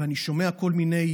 אני שומע כל מיני